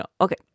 okay